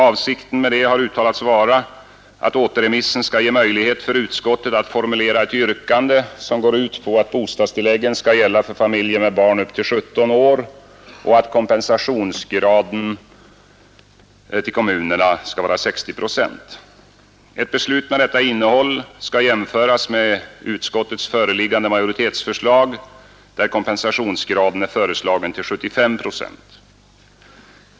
Avsikten med det har uttalats vara att återremissen skall ge möjlighet för utskottet att formulera ett yrkande, som går ut på att bostadstilläggen skall gälla för familjer med barn upp till 17 år och att kompensationsgraden till kommunerna skall vara 60 procent. Ett beslut med detta innehåll skall jämföras med utskottets förevarande majoritetsförslag, där kompensationsgraden är föreslagen till 75 procent.